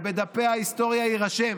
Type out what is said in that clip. ובדפי ההיסטוריה יירשם